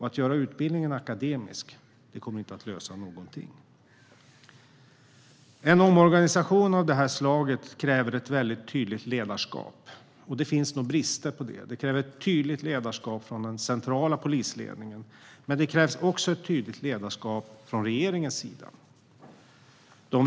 Att göra utbildningen akademisk kommer inte att lösa något. En omorganisation av detta slag kräver ett tydligt ledarskap. Här finns det nog brister. Det krävs ett tydligt ledarskap från den centrala polisledningen, men det krävs också ett tydligt ledarskap från regeringen.